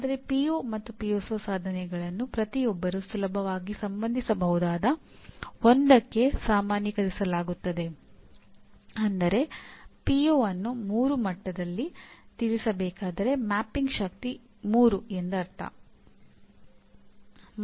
ಆದರೆ ಪದವೀಧರರು ಪದವಿ ಮುಗಿದ ನಾಲ್ಕು ವರ್ಷಗಳ ನಂತರ ಮಾಡಬಹುದಾದ ಚಟುವಟಿಕೆಗಳನ್ನು ಸಹ ನೀವು ಹುಡುಕುತ್ತಿದ್ದೀರಿ ಇದನ್ನು ಪ್ರೋಗ್ರಾಂ ಶೈಕ್ಷಣಿಕ ಉದ್ದೇಶಗಳು ಎಂದು ಗುರುತಿಸಲಾಗಿದೆ